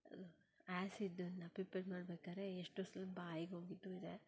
ಆ್ಯಸಿಡನ್ನು pipette ಮಾಡ್ಬೇಕಾದ್ರೆ ಎಷ್ಟೋ ಸಲ ಬಾಯಿಗೆ ಹೋಗಿದ್ದೂ ಇದೆ